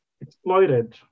exploited